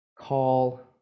call